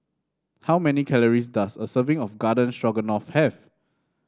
how many calories does a serving of Garden Stroganoff have